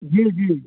जी जी